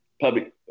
public